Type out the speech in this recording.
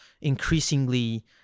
increasingly